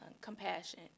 Compassion